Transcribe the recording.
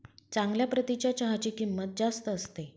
चांगल्या प्रतीच्या चहाची किंमत जास्त असते